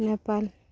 Nepal